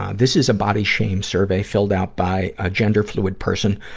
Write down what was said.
this is a body shame survey filled out by a gender-fluid person,